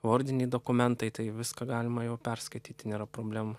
vordiniai dokumentai tai viską galima jau perskaityti nėra problemų